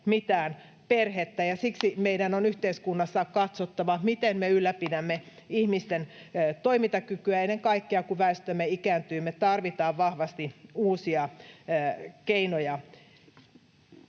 mitään perhettä. Siksi meidän on yhteiskunnassa katsottava, miten me ylläpidämme ihmisten toimintakykyä. Ennen kaikkea, kun väestömme ikääntyy, tarvitaan vahvasti uusia keinoja.